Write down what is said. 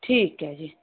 ਠੀਕ ਹੈ ਜੀ